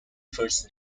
first